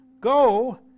Go